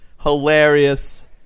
hilarious